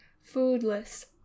foodless